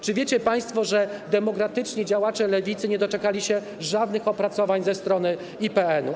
Czy wiecie państwo, że demokratyczni działacze lewicy nie doczekali się żadnych opracowań ze strony IPN-u?